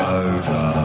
over